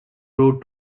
wrote